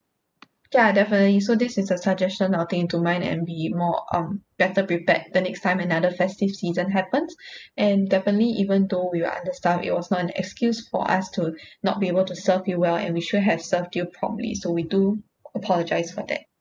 ya definitely so this is a suggestion I will take into mind and be more um better prepare the next time another festive season happens and definitely even though we were under staff it was not an excuse for us to not be able to serve you well and we should have served you promptly so we do apologize for that